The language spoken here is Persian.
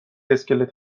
اسکلت